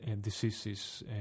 diseases